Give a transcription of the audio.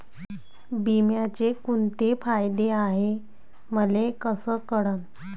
बिम्याचे कुंते फायदे हाय मले कस कळन?